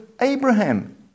Abraham